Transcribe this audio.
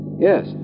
Yes